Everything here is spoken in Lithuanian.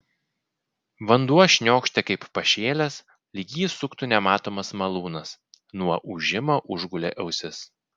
vanduo šniokštė kaip pašėlęs lyg jį suktų nematomas malūnas nuo ūžimo užgulė ausis